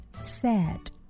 sad